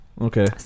Okay